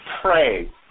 Pray